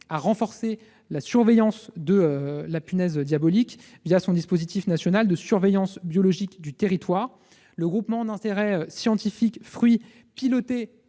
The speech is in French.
a renforcé la surveillance de la punaise diabolique, son dispositif national de surveillance biologique du territoire. Le groupement d'intérêt scientifique « fruits », piloté